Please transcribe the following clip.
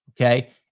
Okay